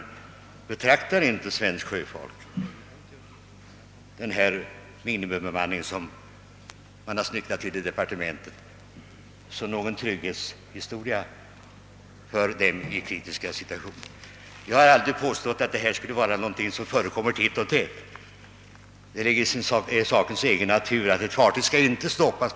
Den bestämmelse om minimibemanning, som man snickrat till i departementet, betraktar inte svenskt sjöfolk som någon trygghetsfaktor i kritiska situationer. Jag har aldrig påstått att sådana skulle vara någonting som förekommer titt och tätt. Det ligger i sakens natur att det inte händer ofta att ett fartyg stoppas.